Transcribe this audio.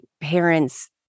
parents